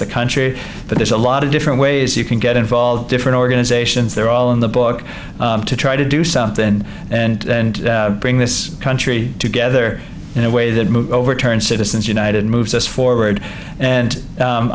the country but there's a lot of different ways you can get involved different organizations they're all in the book to try to do something and bring this country together in a way that move overturn citizens united moves us forward and